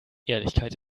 ehrlichkeit